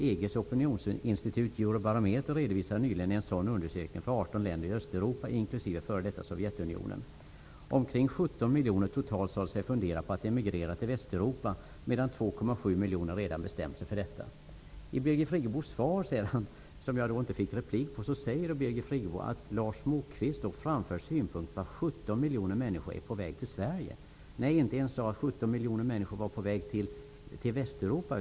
EG:s opinionsinstitut Eurobarometer redovisar nyligen en sådan undersökning för 18 länder i Östeuropa, inklusive före detta Sovjetunionen. Omkring 17 miljoner totalt sade sig fundera på att emigrera till Västeuropa medan 2,7 miljoner redan bestämt sig för detta. I Birgit Friggebos svar, som jag inte fick replik på, säger hon att Lars Moquist framför synpunkter på att 17 miljoner människor är på väg till Sverige. Jag sa inte ens att 17 miljoner människor var på väg till Västeuropa.